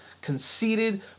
conceited